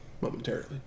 momentarily